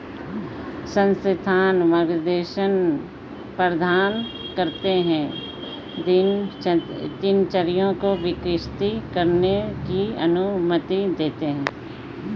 संस्थान मार्गदर्शन प्रदान करते है दिनचर्या को विकसित करने की अनुमति देते है